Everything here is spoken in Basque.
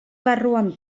barruan